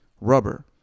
rubber